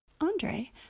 Andre